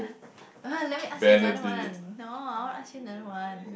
let me ask you another one no I want to ask you another one